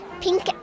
pink